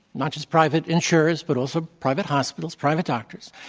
not just private insurers, but also private hospitals, private doctors,